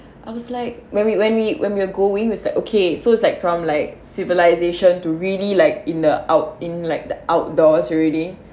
I was like when we when we when we were going was okay so it's like from like civilisation to really like in the out in like the outdoors already